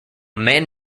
man